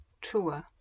Tour